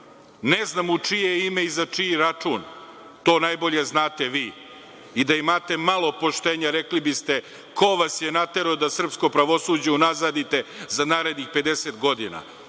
ne znam u čije ime i za čiji račun. To najbolje znate vi. Da imate i malo poštenja, rekli biste ko vas je naterao da srpsko pravosuđe unazadite za narednih 50 godina.